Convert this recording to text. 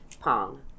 Pong